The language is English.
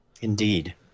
Indeed